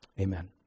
Amen